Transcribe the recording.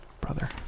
brother